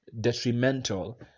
detrimental